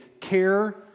care